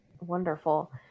wonderful